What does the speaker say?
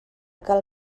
cal